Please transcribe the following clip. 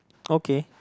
okay